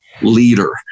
leader